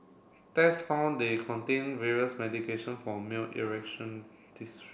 test found they contained various medication for male